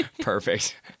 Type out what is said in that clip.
perfect